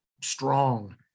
strong